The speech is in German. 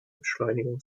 beschleunigung